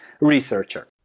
researcher